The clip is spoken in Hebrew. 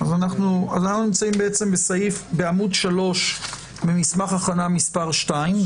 אז אנחנו נמצאים בעמ' 3 במסמך הכנה מס' 2,